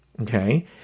okay